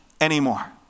anymore